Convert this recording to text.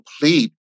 complete